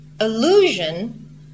illusion